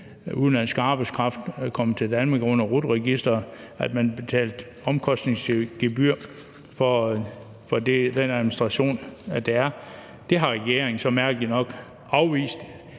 udenlandsk arbejdskraft kommer til Danmark under RUT-registeret, og at man betaler omkostningsgebyr for den administration, der er. Det har regeringen så mærkeligt nok afvist